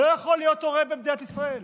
לא יכול להיות הורה במדינת ישראל?